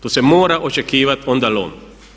To se mora očekivati onda lom.